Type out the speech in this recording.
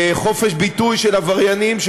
חופש ביטוי של עבריינים.